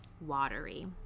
watery